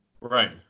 right